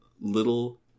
little